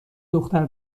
دختر